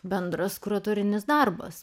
bendras kultūrinis darbas